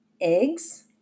eggs